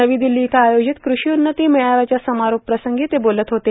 नवी दिल्ली इथं आयोजित कृषी उन्नती मेळाव्याच्या समारोप प्रसंगी ते बोलत होते